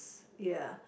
ya